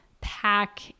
pack